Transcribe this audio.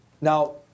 Now